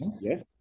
Yes